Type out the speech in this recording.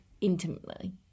intimately